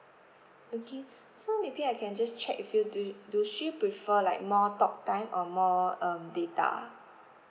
okay so maybe I can just check with you do yo~ do she prefer like more talk time or more um data